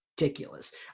ridiculous